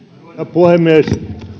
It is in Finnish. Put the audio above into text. puhemies